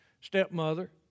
stepmother